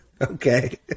Okay